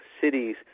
cities